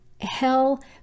hell